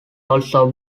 also